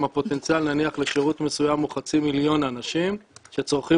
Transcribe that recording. אם הפוטנציאל לשירות מסוים הוא חצי מיליון אנשים שצורכים